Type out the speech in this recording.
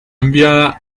enviada